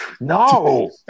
no